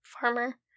farmer